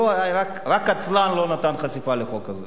רק עצלן לא נתן חשיפה לחוק הזה.